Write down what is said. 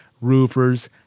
roofers